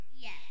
yes